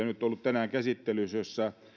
nyt ollut tänään käsittelyssä useita esityksiä joissa